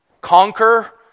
conquer